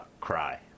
cry